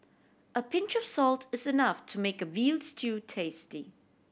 a pinch of salt is enough to make a veal stew tasty